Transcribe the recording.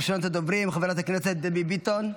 ראשונת הדוברים, חברת הכנסת דבי ביטון.